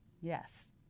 Yes